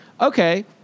okay